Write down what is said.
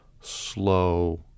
slow